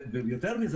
יותר מזה,